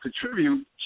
contribute